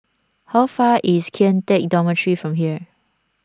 how far is Kian Teck Dormitory from here